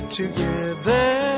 together